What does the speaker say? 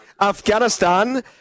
Afghanistan